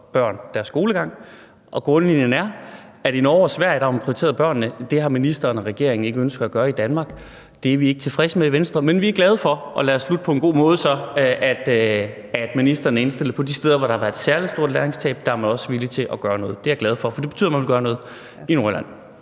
børn deres skolegang. Grundlinjen er, at i Norge og Sverige har man prioriteret børnene. Det har ministeren og regeringen ikke ønsket at gøre i Danmark. Det er vi ikke tilfredse med i Venstre, men vi er glade for, og lad os slutte på en god måde, at ministeren er indstillet på, at de steder, hvor der er et særlig stort læringstab, er man også villig til at gøre noget. Det er jeg glad for, for det betyder, at man vil gøre noget i Nordjylland.